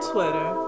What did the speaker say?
Twitter